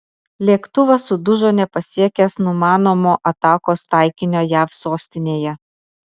lėktuvas sudužo nepasiekęs numanomo atakos taikinio jav sostinėje